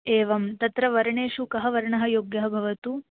एवं तत्र वर्णेषु कः वर्णः योग्यः भवतु